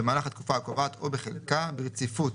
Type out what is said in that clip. במהלך התקופה הקובעת או בחלקה, ברציפות,